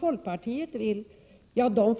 Folkpartiet